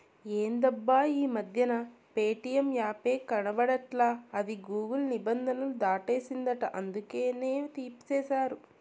ఎందబ్బా ఈ మధ్యన ప్యేటియం యాపే కనబడట్లా అది గూగుల్ నిబంధనలు దాటేసిందంట అందుకనే తీసేశారు